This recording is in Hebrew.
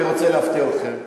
אני רוצה להפתיע אתכם,